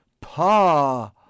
Pa